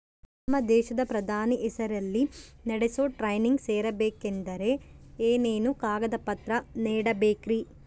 ನಮ್ಮ ದೇಶದ ಪ್ರಧಾನಿ ಹೆಸರಲ್ಲಿ ನಡೆಸೋ ಟ್ರೈನಿಂಗ್ ಸೇರಬೇಕಂದರೆ ಏನೇನು ಕಾಗದ ಪತ್ರ ನೇಡಬೇಕ್ರಿ?